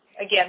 Again